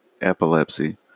epilepsy